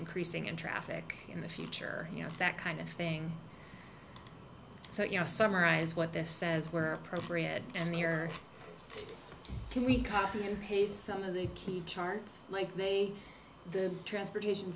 increasing in traffic in the future you know that kind of thing so you know summarize what this says where appropriate and they are can we copy and paste some of the key charts like they the transportation